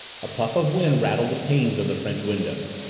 a puff of wind rattled the panes of the french windows.